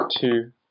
two